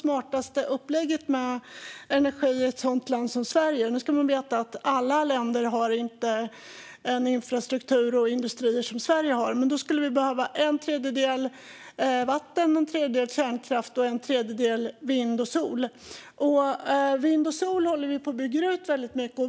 Svenskt Näringsliv har nyligen gått ut med att för att åstadkomma det absolut billigaste och smartaste upplägget med energi i ett land som Sverige behövs en tredjedel vatten, en tredjedel kärnkraft och en tredjedel vind och sol. Vind och sol byggs ut mycket.